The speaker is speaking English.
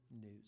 news